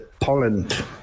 Poland